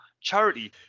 charity